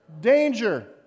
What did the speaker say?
Danger